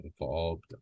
involved